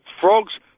Frogs